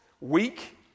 weak